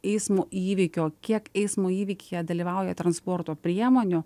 eismo įvykio kiek eismo įvykyje dalyvauja transporto priemonių